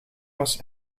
was